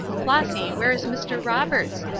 flossy where is mr. roberts?